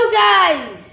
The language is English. guys